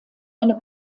eine